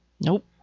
Nope